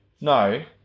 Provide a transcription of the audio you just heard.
No